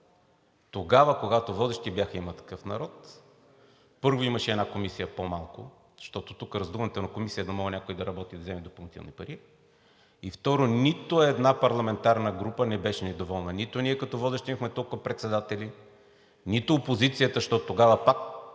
тогава, когато водещи бяха „Има такъв народ“, първо, имаше една комисия по-малко, защото тук раздуването на комисия е да може някой да работи и да вземе допълнителни пари. И второ, нито една парламентарна група не беше недоволна. Нито ние като водещи имахме толкова председатели, нито опозицията, защото тогава пак